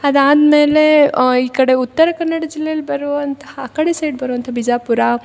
ಅದಾದ್ಮೇಲೆ ಈ ಕಡೆ ಉತ್ತರ ಕನ್ನಡ ಜಿಲ್ಲೆಯಲ್ಲಿ ಬರುವಂತಹ ಆ ಕಡೆ ಸೈಡ್ ಬರುವಂಥ ವಿಜಯಪುರ